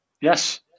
Yes